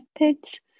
methods